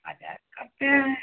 मज़ा करते हैं